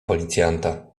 policjanta